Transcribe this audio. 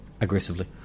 aggressively